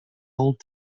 old